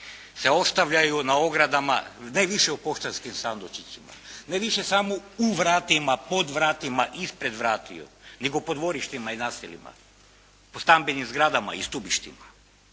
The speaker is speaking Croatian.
se ostavljaju na ogradama, ne više u poštanskim sandučićima, ne više samo u vratima, pod vratima, ispred vratiju, nego po dvorištima i naseljima, po stambenim zgradama i stubištima.